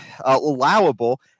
allowable